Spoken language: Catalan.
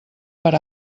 per